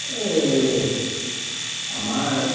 এই আমাৰ